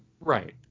Right